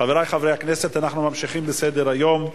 חברי חברי הכנסת, אנחנו ממשיכים בסדר-היום.